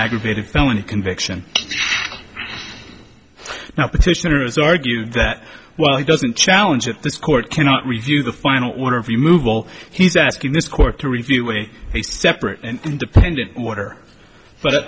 aggravated felony conviction now petitioner is argued that well he doesn't challenge at this court cannot review the final order of remove all he's asking this court to review a separate and independent order but